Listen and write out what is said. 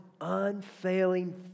unfailing